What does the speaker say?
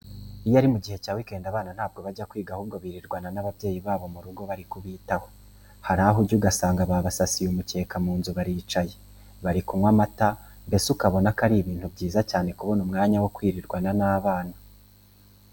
Iyo ari mu gihe cya weekend abana ntabwo bajya kwiga ahubwo birirwana n'ababyeyi babo mu rugo bari kubitaho. Hari aho ujya ugasanga babasasiye umukeka mu nzu baricaye, bari kunywa amata, mbese ukabona ko ari ibintu byiza cyane kubona umwanya wo kwirirwana n'abana.